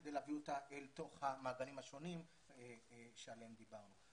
כדי להביא אותה אל תוך המעגלים השונים שעליהם דיברנו.